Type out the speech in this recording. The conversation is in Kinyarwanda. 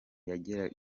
yageraga